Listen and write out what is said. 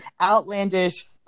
outlandish